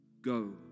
Go